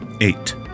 Eight